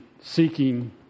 seeking